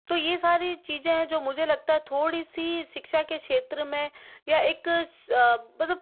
तो यह सारी चीज़ें हैं जो मुझे लगता है थोड़ी सी शिक्षा के क्षेत्र में यह एक मतलब